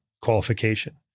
qualification